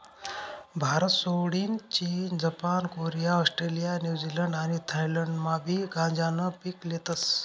भारतसोडीन चीन, Japan, Korea, Australia, New Zealand आणि थायलंडमाबी गांजानं पीक लेतस